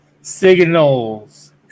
signals